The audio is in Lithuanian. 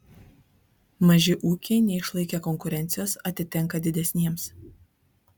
maži ūkiai neišlaikę konkurencijos atitenka didesniems